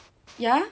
ya